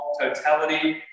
totality